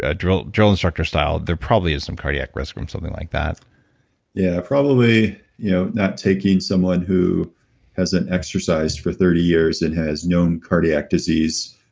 ah drill drill instructor style, there probably is some cardiac risk room, something like that yeah, probably you know not taking someone who hasn't exercised for thirty years and has known cardiac disease,